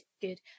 good